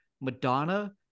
Madonna